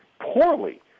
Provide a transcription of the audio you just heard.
Poorly